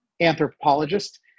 anthropologist